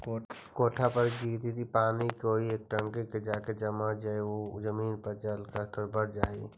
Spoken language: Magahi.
कोठा पर गिरित पानी कोई एगो टंकी में जाके जमा हो जाई आउ जमीन के जल के स्तर बढ़ जाई